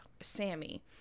Sammy